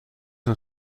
een